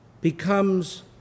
becomes